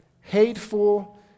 hateful